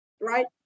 right